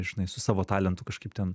žinai su savo talentu kažkaip ten